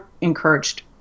encouraged